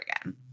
again